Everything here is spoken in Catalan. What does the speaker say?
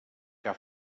que